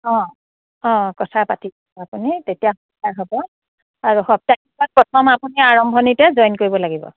অঁ অঁ কথা পাতিব আপুনি তেতিয়া সহায় হ'ব আৰু সপ্তাহিকত প্ৰথম আপুনি আৰম্ভণিতে জইন কৰিব লাগিব